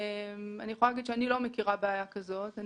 אני יכולה להגיד שאני לא מכירה בעיה כזאת.